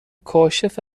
کاشف